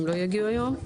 הם לא יגיעו היום?